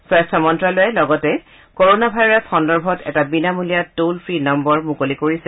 স্বাস্থ্য মন্ত্যালয়ে লগতে কৰনা ভাইৰাছ সন্দৰ্ভত এটা বিনামূলীয়া টল ফ্ৰী নাম্বাৰ মুকলি কৰিছে